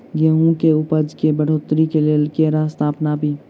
गेंहूँ केँ उपजाउ केँ बढ़ोतरी केँ लेल केँ रास्ता अपनाबी?